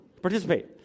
Participate